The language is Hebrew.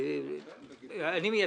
היבואנים.